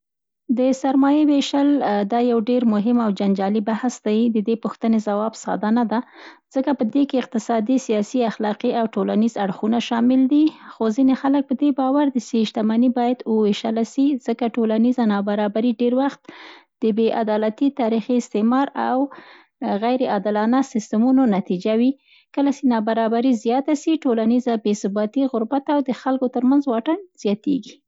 د سرمایی وېشل دا یو ډېر مهم او جنجالي بحث دی. د دې پوښتنې ځواب ساده نه ده، ځکه په دې کې اقتصادي، سیاسي، اخلاقي او ټولنیز اړخونه شامل دي. خو؛ ځینې خلک په دې باور دي سي شتمني باید وویشله سي، ځکه ټولنیزه نابرابري ډېر وخت د بې عدالتۍ، تاریخي استثمار او غیر عادلانه سیستمونو نتیجه وي. کله سي نابرابري زیاته سي، ټولنیزه بې ثباتي، غربت او د خلکو تر منځ واټن زیاتېږي.